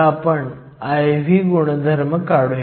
तर आपण एकतर n बाजू पूर्णपणे 0